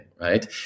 right